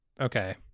okay